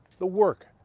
the work,